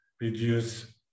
reduce